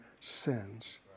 sins